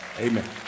Amen